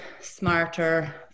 smarter